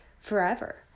forever